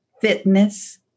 fitness